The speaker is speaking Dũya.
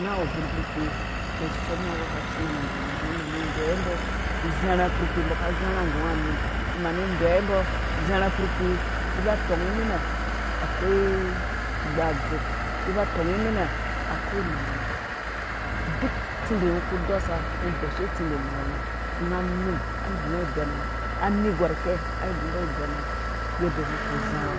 Nga awu ubin kpurkpii mɛn isome awelkaci men imangmang ni mani deyiwa mbɔ uzha rha kpurkpi. umbɔ uzharha kpurkpii mbii ba tong ni mine akwai igba adzir mbi ba tɔng ni mine akwai igba adzzir mbi ba tong ni minɛ akwai imangmang duk tsindi ngo ku dɔsa ngɔ yadda ngɔ ku zharha